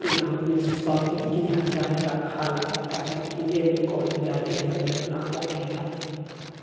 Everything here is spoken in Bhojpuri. गांव में सभे किहा गाय रखाला काहे कि ऐमें कवनो ज्यादे झंझट ना हखेला